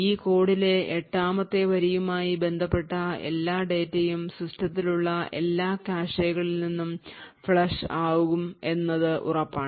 ഈ കോഡിലെ എട്ടാമത്തെ വരിയുമായി ബന്ധപ്പെട്ട എല്ലാ ഡാറ്റയും സിസ്റ്റത്തിലുള്ള എല്ലാ കാഷെകളിൽ നിന്നും flush ആകും എന്നത് ഉറപ്പാണ്